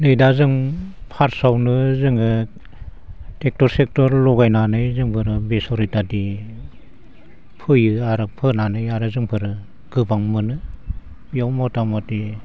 नै दा जों फार्स्टआवनो जोङो ट्रेक्ट'र सेखथर लगायनानै जोंबो बेसर इत्यादि फोयो आरो फोनानै आरो जोंफोरो गोबां मोनो बेयाव मथामथि